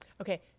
okay